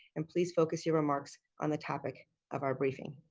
and please focus your remarks on the topic of our briefing.